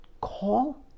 call